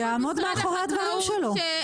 שיעמוד מאחורי הדברים שלו.